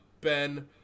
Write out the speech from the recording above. Ben